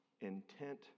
intent